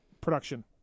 production